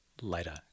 later